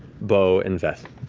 beau, and veth.